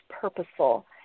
purposeful